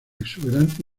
exuberante